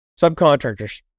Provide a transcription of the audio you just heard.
subcontractors